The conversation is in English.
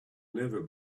never